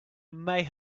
may